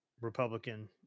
Republican